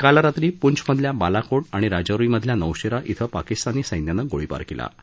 काल रात्री पुंछ मधल्या बालाकोट आणि राजौरीमधल्या नौशप्त इथं पाकिस्तानी सैन्यानं गोळीबार कल्लि